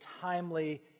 timely